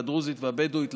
הדרוזית והבדואית.